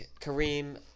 Kareem